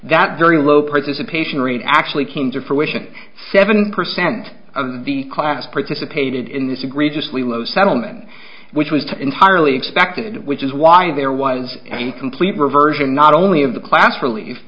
that very low participation rate actually came to fruition seven percent of the class participated in this egregiously low settlement which was to entirely expected which is why there was a complete reversion not only of the class relief